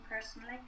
personally